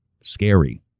scary